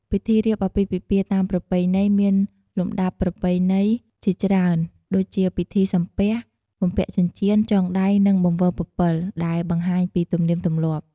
ពិធីរៀបអាពាហ៍ពិពាហ៍តាមប្រពៃណីមានលំដាប់ប្រពៃណីជាច្រើន ដូចជា ពិធីសំពះ បំពាក់ចិញ្ចៀន ចងដៃ និងបង្វិលពពិល ដែលបង្ហាញពី ទំនៀមទម្លាប់។